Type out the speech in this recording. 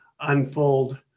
unfold